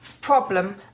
problem